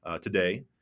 today